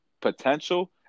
potential